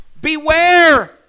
Beware